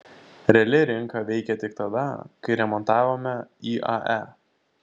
reali rinka veikė tik tada kai remontavome iae